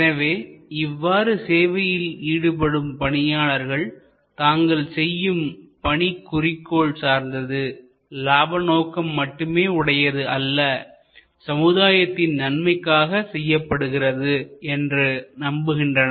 எனவே இவ்வாறு சேவையில் ஈடுபடும் பணியாளர்கள் தாங்கள் செய்யும் பணி குறிக்கோள் சார்ந்தது லாபம் நோக்கம் மட்டுமே உடையது அல்ல சமுதாயத்தின் நன்மைக்காக செய்யப்படுகிறது என்று நம்புகின்றனர்